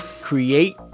create